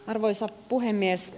arvoisa puhemies